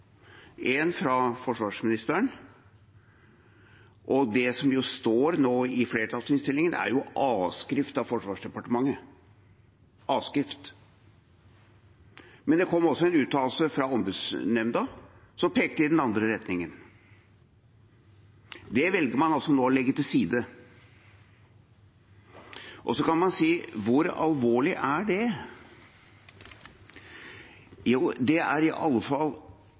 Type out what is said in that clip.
En av dem kom fra forsvarsministeren. Det som nå står i flertallsinnstillingen, er avskrift av Forsvarsdepartementet – en avskrift. Men det kom også en uttalelse fra Ombudsnemnda, som pekte i den andre retningen. Det velger man altså å legge til side nå. Og så kan man si: Hvor alvorlig er det? Det er i alle fall